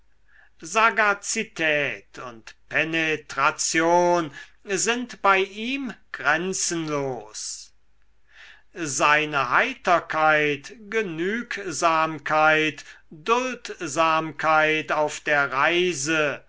sagazität und penetration sind bei ihm grenzenlos seine heiterkeit genügsamkeit duldsamkeit auf der reise